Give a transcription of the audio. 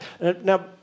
Now